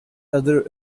other